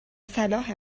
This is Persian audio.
صلاح